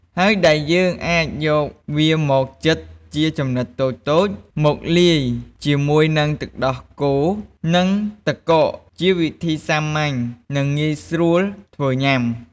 ហើយដែលយើងអាចយកវាមកចិតជាចំណិតតូចៗ មកលាយជាមួយនឹងទឹកដោះគោ និងទឹកកកជាវិធីសាមញ្ញ និងងាយស្រួលធ្វើញុាំ។